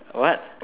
what